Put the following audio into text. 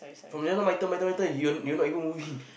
from just now my turn my turn my turn your your not even moving